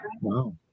wow